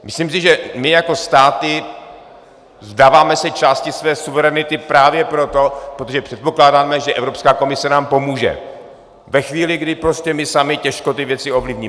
Myslím si, že my jako státy se vzdáváme části své suverenity právě proto, protože předpokládáme, že nám Evropská komise pomůže ve chvíli, kdy my sami těžko ty věci ovlivníme.